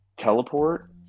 Teleport